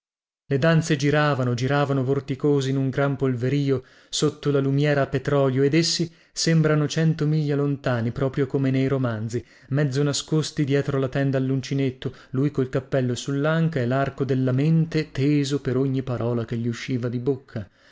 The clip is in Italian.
le danze giravano giravano vorticose in un gran polverío sotto la lumiera a petrolio ed essi sembravano cento miglia lontani proprio come nei romanzi mezzo nascosti dietro la tenda alluncinetto lui col cappello sullanca e larco della mente teso per ogni parola che gli usciva di bocca